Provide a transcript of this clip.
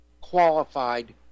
qualified